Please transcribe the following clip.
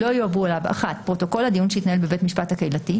לא יועברו אליו - פרוטוקול הדיון שהתנהל בבית השפט הקהילתי,